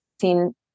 seen